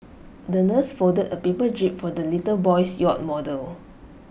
the nurse folded A paper jib for the little boy's yacht model